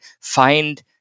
find